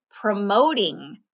promoting